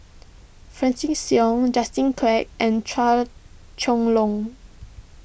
Francis Seow Justin Quek and Chua Chong Long